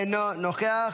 אינו נוכח.